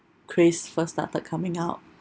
craze first started coming out